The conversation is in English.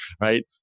Right